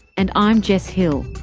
and i'm jess hill.